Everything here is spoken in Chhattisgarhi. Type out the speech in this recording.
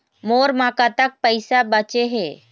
मोर म कतक पैसा बचे हे?